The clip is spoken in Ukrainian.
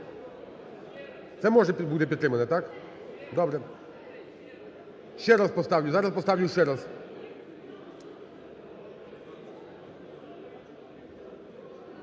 Це може бути підтримано, так? Добре. Ще раз поставлю. Зараз поставлю ще раз.